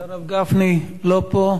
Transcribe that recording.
חבר הכנסת שלמה מולה,